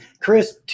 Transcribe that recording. Chris